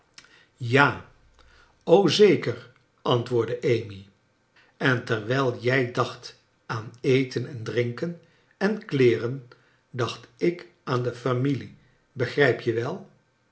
ja o zeker antwoordde amy en terwijl jij dacht aan eten en drinken en kleeren dacht ik aan de familie begrijp je wel